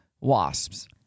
wasps